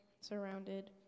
surrounded